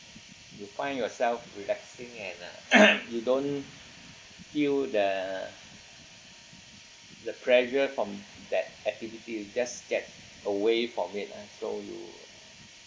you find yourself relaxing and uh you don't feel the the pressure from that activity you just get away from it ah so you